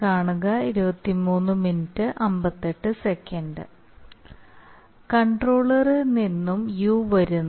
കൺട്രോളറിൽ നിന്ന് യു വരുന്നു